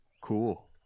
Cool